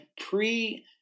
pre